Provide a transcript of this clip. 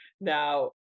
now